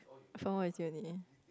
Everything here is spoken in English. fomo is uni